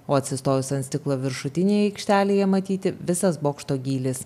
o atsistojus ant stiklo viršutinėje aikštelėje matyti visas bokšto gylis